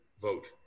vote